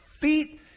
feet